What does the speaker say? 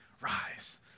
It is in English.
rise